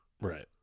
Right